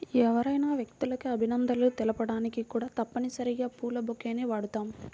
ఎవరైనా వ్యక్తులకు అభినందనలు తెలపడానికి కూడా తప్పనిసరిగా పూల బొకేని వాడుతాం